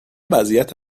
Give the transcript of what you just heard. وضعیت